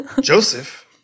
Joseph